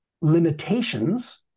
limitations